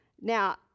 Now